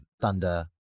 Thunder